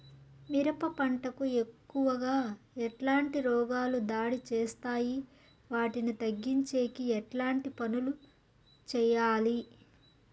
మిరప పంట కు ఎక్కువగా ఎట్లాంటి రోగాలు దాడి చేస్తాయి వాటిని తగ్గించేకి ఎట్లాంటి పనులు చెయ్యాలి?